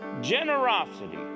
generosity